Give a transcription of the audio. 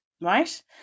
Right